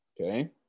okay